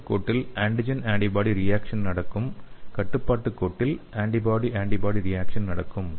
சோதனை கோட்டில் antigen antibody reaction நடக்கும் கட்டுப்பாட்டு கோட்டில் ஆன்டிபாடி ஆன்டிபாடி ரியாக்சன் நடக்கும்